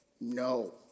No